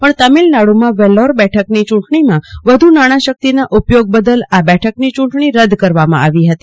પણ તામીલનાડુમાં વેલ્લોર બેઠકની ચૂંટણીમાં વધુ નાણાં શક્તિના ઉપયોગ બદલ આ બેઠકની ચૂંટણી રદ કરવામાં આવી હતી